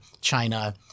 China